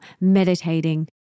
meditating